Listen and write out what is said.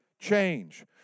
change